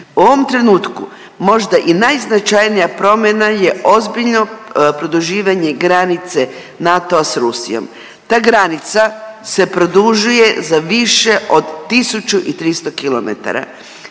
U ovom trenutku možda i najznačajnija promjena je ozbiljno produživanje granice NATO-a s Rusijom. Ta granica se produžuje za više od 1300 km.